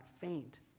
faint